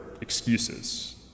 excuses